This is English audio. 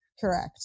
Correct